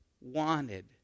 wanted